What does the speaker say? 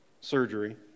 surgery